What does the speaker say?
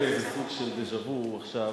היה לי איזה סוג של דז'ה-ווּ עכשיו,